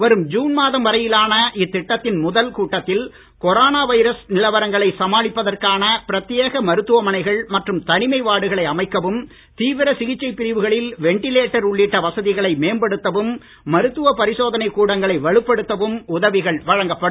வரும் ஜுன் மாதம் வரையிலான இத்திட்டத்தின் முதல் கூட்டத்தில் கொரோனா வைரஸ் நிலவரங்களை சமாளிப்பதற்கான பிரத்யேக மருத்துவமனைகள் மற்றும் தனிமை வார்டுகளை அமைக்கவும் தீவிர சிகிச்சை பிரிவுகளில் வென்டிலேட்டர் உள்ளிட்ட வசதிகளை மேம்படுத்தவும் மருத்துவ பரிசோதனைக் கூடங்களை வலுப்படுத்தவும் உதவிகள் வழங்கப்படும்